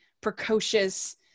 precocious